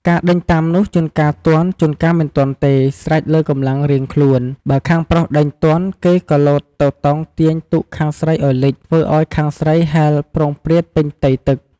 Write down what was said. ការដេញតាមនោះ ជួនកាលទាន់ ជួនកាលមិនទាន់ទេ ស្រេចលើកម្លាំងរៀងខ្លួន បើខាងប្រុសដេញទាន ក៏គេលោតទៅតោងទាញទូកខាងស្រីឲ្យលិច ធ្វើឲ្យខាងស្រីហែលព្រោងព្រាតពេញផ្ទៃទឹក។